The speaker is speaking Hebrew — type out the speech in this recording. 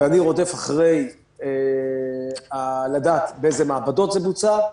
ואני רודף אחרי לדעת באיזה מעבדות זה בוצע.